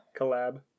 Collab